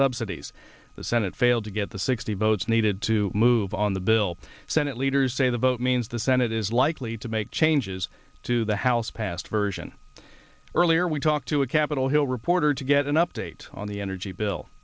subsidies the senate failed to get the sixty votes needed to move on the bill senate leaders say the vote means the senate is likely to make changes to the house passed version earlier we talked to a capitol hill reporter to get an update on the energy bill